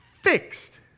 fixed